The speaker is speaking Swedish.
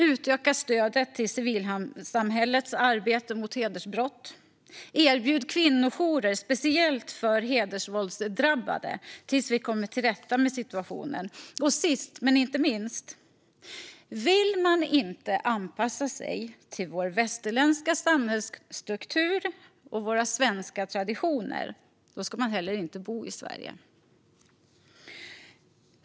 Utöka stödet till civilsamhällets arbete mot hedersbrott. Erbjud kvinnojourer speciellt för hedersvåldsdrabbade tills vi kommit till rätta med situationen. Sist men inte minst: Vill man inte anpassa sig till vår västerländska samhällsstruktur och våra svenska traditioner ska man heller inte bo i Sverige.